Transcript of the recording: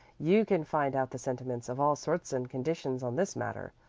you can find out the sentiments of all sorts and conditions on this matter.